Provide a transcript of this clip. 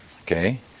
okay